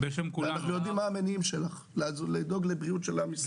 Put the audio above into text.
ואנחנו יודעים מה המניעים שלך - לדאוג לבריאות של עם ישראל.